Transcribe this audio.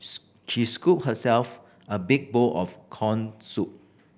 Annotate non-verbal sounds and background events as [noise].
[unintelligible] she scooped herself a big bowl of corn soup